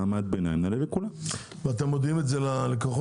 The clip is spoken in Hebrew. המעמד הבינוני -- ואתם מודיעים את זה ללקוחות?